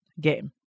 game